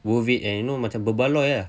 worth it and you know macam berbaloi ah